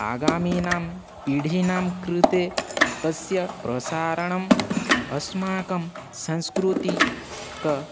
आगामीनां पीढीनां कृते तस्य प्रसारणम् अस्माकं सांस्कृतिक